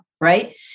right